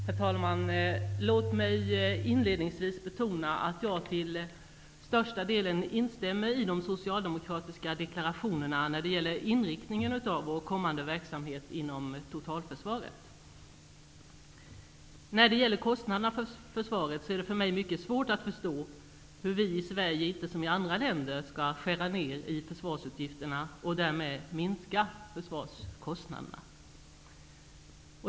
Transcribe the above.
Herr talman! Låt mig inledningsvis betona att jag till största delen instämmer i de socialdemokratiska deklarationerna när det gäller inriktningen av den kommande verksamheten inom totalförsvaret. Beträffande kostnaderna för försvaret är det för mig mycket svårt att förstå varför vi i Sverige inte -- som man gör i andra länder -- skär ner i försvarsutgifterna och därmed minskar försvarskostnaderna.